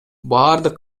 бардык